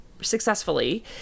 successfully